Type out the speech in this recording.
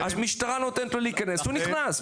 אז משטרה נותנת להיכנס, אז הוא נכנס.